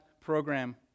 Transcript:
program